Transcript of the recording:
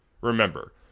Remember